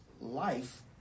life